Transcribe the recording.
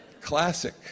Classic